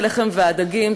כנסיית הלחם והדגים,